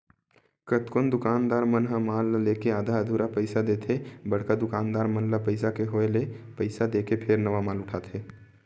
कतकोन दुकानदार मन ह माल ल लेके आधा अधूरा पइसा देथे बड़का दुकानदार मन ल पइसा के होय ले पइसा देके फेर नवा माल उठाथे